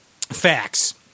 facts